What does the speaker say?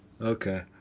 okay